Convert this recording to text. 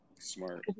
smart